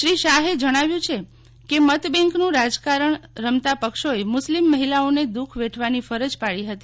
શ્રી શાહે જણાવ્યું છે કેમતબેંકનું રાજકારણ રમતા પક્ષોએ મુસ્લિમ મહિલાઓને દુઃખ વેઠવાની ફરજ પાડી હતી